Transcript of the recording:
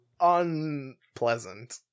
unpleasant